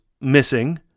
missing